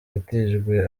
yatijwe